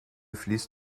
fließt